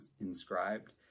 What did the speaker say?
inscribed